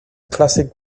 classic